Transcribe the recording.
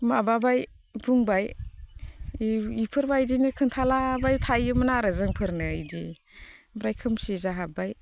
माबाबाय बुंबाय बेफोरबायदिनो खिन्थालाबाय थायोमोन आरो जोंफोरनो बिदि ओमफ्राय खोमसि जाहाबबाय